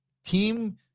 team